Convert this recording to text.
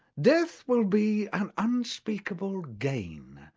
death will be an unspeakable gain.